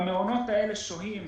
במעונות האלה שוהים